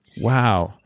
Wow